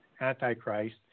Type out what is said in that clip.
Antichrist